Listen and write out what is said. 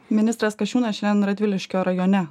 ministras kasčiūnas šiandien radviliškio rajone